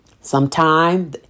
sometime